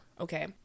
okay